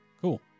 Cool